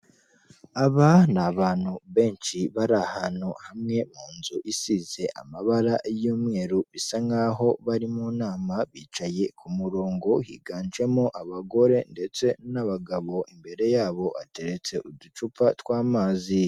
Aba ni abantu benshi bari ahantu hamwe mu nzu isize amabara y'umweru, bisa nkaho bari mu nama bicaye ku murongo higanjemo abagore ndetse n'abagabo, imbere yabo ateretse uducupa twamazi.